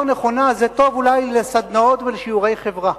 נכונה זה טוב אולי לסדנאות ולשיעורי חברה,